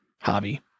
hobby